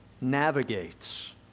navigates